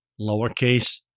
lowercase